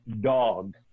dog